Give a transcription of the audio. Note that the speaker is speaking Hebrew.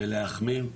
ולהחמיר.